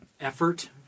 effort